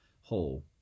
whole